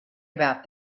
about